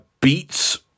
beats